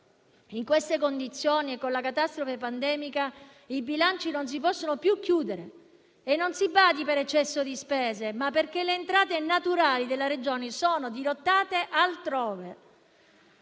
In queste condizioni e con la catastrofe pandemica, i bilanci non si possono più chiudere, e - si badi - non per eccesso di spese, ma perché le entrate naturali della Regione sono dirottate altrove.